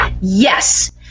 Yes